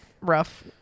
rough